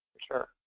Sure